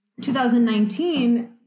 2019